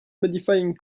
modifying